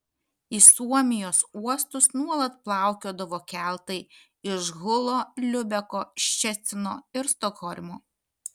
į suomijos uostus nuolat plaukiodavo keltai iš hulo liubeko ščecino ir stokholmo